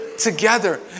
together